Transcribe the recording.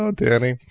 ah danny.